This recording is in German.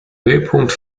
höhepunkt